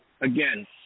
again